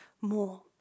more